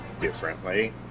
differently